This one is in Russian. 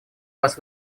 вас